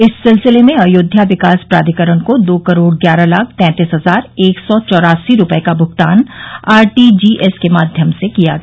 इस सिलसिले में अयोध्या विकास प्राधिकरण को दो करोड ग्यारह लाख तैंतीस हजार एक सौ चौरासी रुपये का भुगतान आर टी जी एस के माध्यम से किया गया